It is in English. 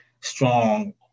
strong